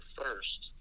first